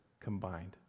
combined